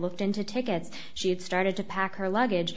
looked into tickets she had started to pack her luggage